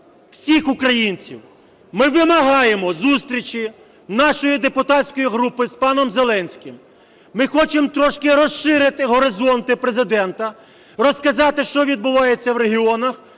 всіх українців. Ми вимагаємо зустрічі нашої депутатської групи з паном Зеленським. Ми хочемо трошки розширити горизонти Президента, розказати, що відбувається в регіонах.